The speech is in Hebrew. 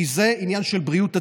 כי זה עניין של בריאות הציבור.